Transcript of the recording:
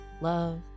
love